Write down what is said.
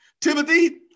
Timothy